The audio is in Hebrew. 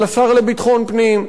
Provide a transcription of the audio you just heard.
של השר לביטחון פנים,